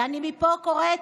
ואני מפה קוראת